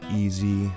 easy